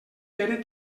pere